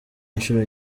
inshuro